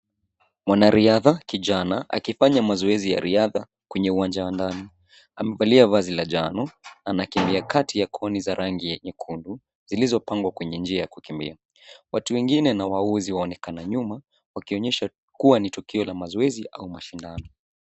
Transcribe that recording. Mwana riada kijana akifanya mazoezi ya riada kwenye uwanja wa ndani. Amevalia vazi la njano anakimbia kati ya kuni za rangi nyeundu zilizopangwa kwenye njia ya kukimbia. Watu wengine na wauzi wanaonekana nyuma wakionyesha kuwa tukio la mazoezi au mashindano.